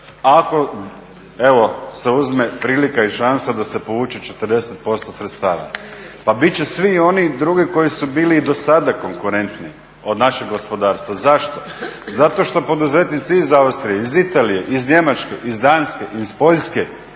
ako se uzme prilika i šansa da se povuče 40% sredstava. Pa bit će svi oni drugi koji su bili i do sada konkurentni od naših gospodarstva. Zašto, zato što poduzetnici iz Austrije, iz Italije, iz Njemačke, iz Danske, iz Poljske